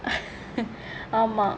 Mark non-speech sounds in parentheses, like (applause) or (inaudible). (laughs) !alamak!